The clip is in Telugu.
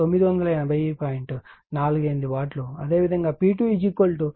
87